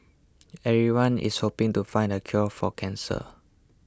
everyone is hoping to find the cure for cancer